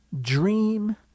Dream